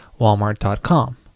walmart.com